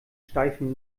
steifen